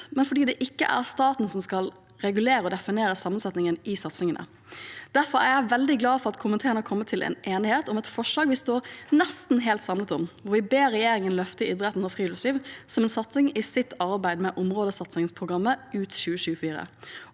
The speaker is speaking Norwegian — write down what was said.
men fordi det ikke er staten som skal regulere og definere sammensetningen i satsingene. Derfor er jeg veldig glad for at komiteen har kommet til enighet om et forslag vi står nesten helt samlet bak, hvor vi ber regjeringen «løfte idrett og friluftsliv som en satsing i sitt arbeid med områdesatsingsprogrammet ut 2024,